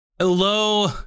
Hello